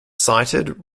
cited